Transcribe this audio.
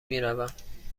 میروم